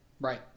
right